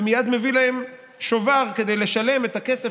ומייד מביא להם שובר כדי לשלם את הכסף